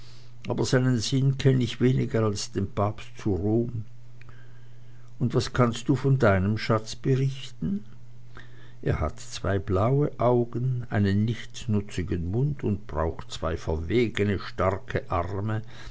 aber seinen sinn kenn ich weniger als den papst zu rom und was kannst du von deinem schatz berichten er hat zwei blaue augen einen nichtsnutzigen mund und braucht zwei verwegene starke arme